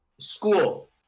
school